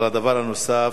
אבל הדבר הנוסף,